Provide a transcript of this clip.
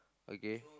okay